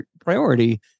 priority